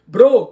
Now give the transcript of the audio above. Bro